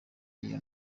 iyo